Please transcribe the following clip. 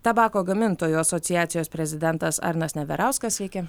tabako gamintojų asociacijos prezidentas arnas neverauskas sveiki